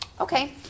Okay